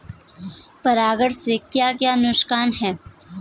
परागण से क्या क्या नुकसान हैं?